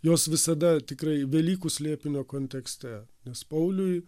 jos visada tikrai velykų slėpinio kontekste nes pauliui